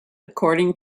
according